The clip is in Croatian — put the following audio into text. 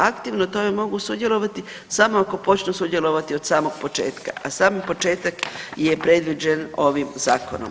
Aktivno u tome mogu sudjelovati samo ako počnu sudjelovati od samog početka, a sami početak je predviđen ovim zakonom.